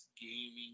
gaming